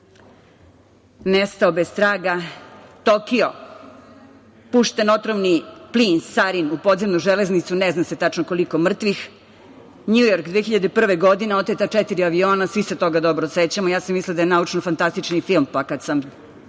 nestao bez traga. Tokio, pušten otrovni plin „sarin“ u podzemnu železnicu, ne zna se tačno koliko mrtvih. Njujork, 2001. godine, oteta četiri aviona, svi se toga dobro sećamo, ja sam mislila da je naučno-fantastični film, pa kada sam